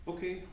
Okay